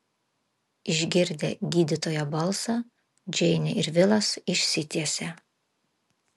išgirdę gydytojo balsą džeinė ir vilas išsitiesė